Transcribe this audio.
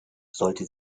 sollte